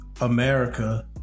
America